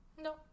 No